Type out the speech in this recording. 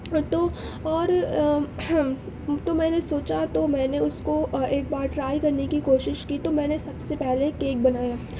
پرنتو اور تو میں نے سوچا تو میں نے اس کو ایک بار ٹرائی کرنے کی کوشش کی تو میں نے سب سے پہلے کیک بنانا